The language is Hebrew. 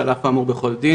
אבל הכול זה רק חד סטרי,